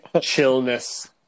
Chillness